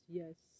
yes